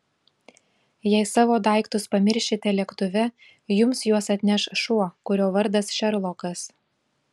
jei savo daiktus pamiršite lėktuve jums juos atneš šuo kurio vardas šerlokas